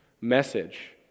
message